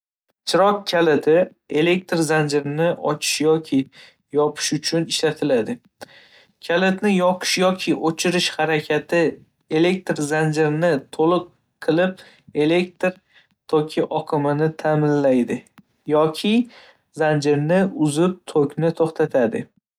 Chiroq kaliti elektr zanjirini ochish yoki yopish uchun ishlatiladi. Kalitni yoqish yoki o‘chirish harakati elektr zanjirini to‘liq qilib, elektr toki oqimini ta’minlaydi yoki zanjirni uzib, tokni to‘xtatadi.